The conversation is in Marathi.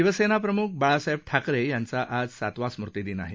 शिवसेनाप्रमुख बाळासाहेब ठाकरे यांचा आज सातवा स्मृतिदिन आहे